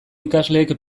ikasleek